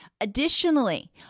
Additionally